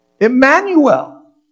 Emmanuel